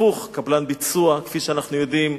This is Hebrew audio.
הפוך, קבלן ביצוע, כפי שאנחנו יודעים,